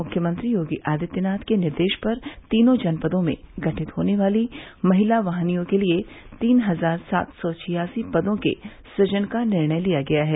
मुख्यमंत्री योगी आदित्यनाथ के निर्देश पर तीनों जनपदों में गठित होने वाली महिला वाहिनियों के लिए तीन हजार सात सौ छियासी पदों के सुजन का निर्णय लिया गया है